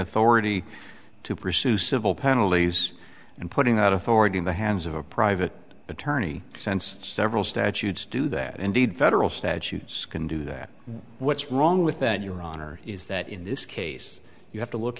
authority to pursue civil penalties and putting that authority in the hands of a private attorney sense several statutes do that indeed federal statutes can do that what's wrong with that your honor is that in this case you have to look